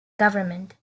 government